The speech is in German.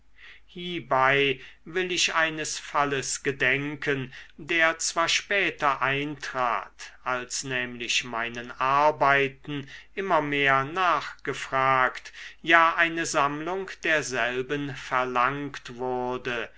hiebei will ich eines falles gedenken der zwar später eintrat als nämlich meinen arbeiten immer mehr nachgefragt ja eine sammlung derselben verlangt wurde